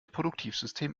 produktivsystem